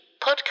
podcast